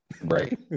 right